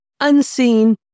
unseen